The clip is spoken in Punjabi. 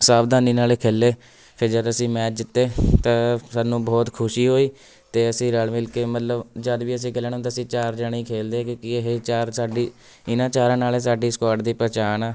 ਸਾਵਧਾਨੀ ਨਾਲ ਖੇਲੇ ਫਿਰ ਜਦ ਅਸੀਂ ਮੈਚ ਜਿੱਤੇ ਤਾਂ ਸਾਨੂੰ ਬਹੁਤ ਖੁਸ਼ੀ ਹੋਈ ਅਤੇ ਅਸੀਂ ਰਲ ਮਿਲ ਕੇ ਮਤਲਬ ਜਦ ਵੀ ਅਸੀਂ ਖੇਲਣਾ ਹੁੰਦਾ ਸੀ ਚਾਰ ਜਣੇ ਹੀ ਖੇਲਦੇ ਕਿਉਂਕਿ ਇਹ ਚਾਰ ਸਾਡੀ ਇਹਨਾਂ ਚਾਰਾਂ ਨਾਲ ਸਾਡੀ ਸਕਾਡ ਦੀ ਪਹਿਚਾਣ ਆ